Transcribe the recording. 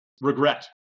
regret